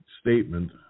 statement